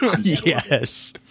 Yes